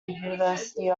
university